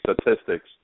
statistics